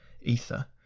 ether